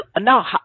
now